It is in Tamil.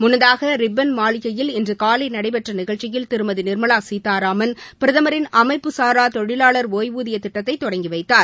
முன்னதாக ரிப்பன் மாளிகையில் இன்று காலை நடைபெற்ற நிகழ்ச்சியில் திருமதி நிர்மலா சீதாராமன் பிரதமரின் அமைப்பு சாரா தொழிலாளர் ஒய்வூதிய திட்டத்தை தொடங்கி வைத்தார்